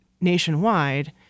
nationwide